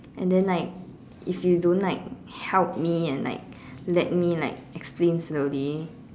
and then like if you don't like help me and like let me like explain slowly